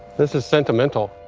this is sentimental